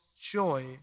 joy